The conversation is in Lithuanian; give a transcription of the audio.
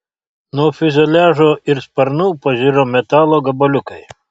nuo fiuzeliažo ir sparnų pažiro metalo gabaliukai